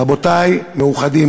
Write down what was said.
רבותי, מאוחדים.